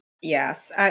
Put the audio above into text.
Yes